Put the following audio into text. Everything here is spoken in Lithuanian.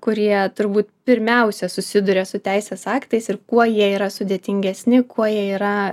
kurie turbūt pirmiausia susiduria su teisės aktais ir kuo jie yra sudėtingesni kuo jie yra